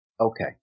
Okay